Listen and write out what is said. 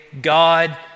God